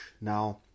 Now